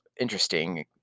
interesting